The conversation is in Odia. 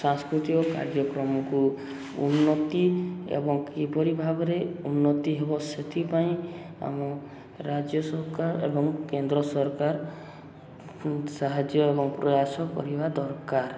ସାଂସ୍କୃତିକ କାର୍ଯ୍ୟକ୍ରମକୁ ଉନ୍ନତି ଏବଂ କିପରି ଭାବରେ ଉନ୍ନତି ହେବ ସେଥିପାଇଁ ଆମ ରାଜ୍ୟ ସରକାର ଏବଂ କେନ୍ଦ୍ର ସରକାର ସାହାଯ୍ୟ ଏବଂ ପ୍ରୟାସ କରିବା ଦରକାର